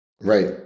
Right